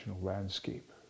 landscape